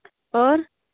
और